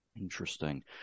Interesting